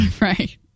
Right